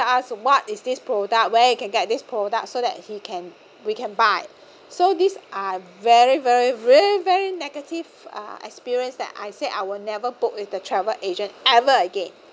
tell us what is this product where you can get this product so that he can we can buy so these are very very very very negative uh experience that I said I will never book with the travel agent ever again